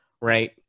right